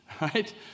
right